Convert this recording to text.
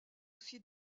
aussi